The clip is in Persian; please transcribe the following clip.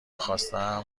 خواستم